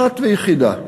אחת ויחידה: